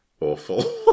Awful